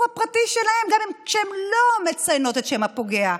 הפרטי שלהן גם כשהן לא מציינות את שם הפוגע.